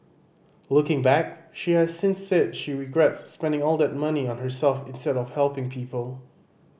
looking back she has since said she regrets spending all that money on herself instead of helping people